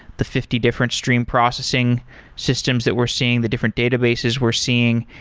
the fifty different stream processing systems that we're seeing, the different databases we're seeing,